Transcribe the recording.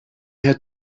had